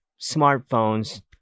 smartphones